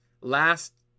last